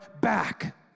back